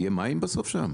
יהיה מים בסוף שם?